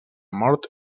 mort